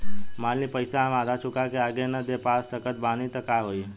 मान ली पईसा हम आधा चुका के आगे न दे पा सकत बानी त का होई?